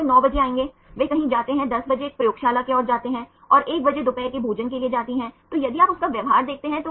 तो हमारे पास अधिक जानकारी है तो हम प्राथमिक संरचना या अमीनो एसिड अनुक्रम से प्राप्त करते हैं